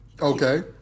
Okay